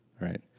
Right